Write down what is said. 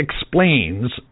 explains